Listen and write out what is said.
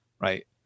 right